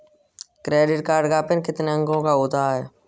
Credit card का PIN कितने अंकों का होता है?